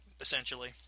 essentially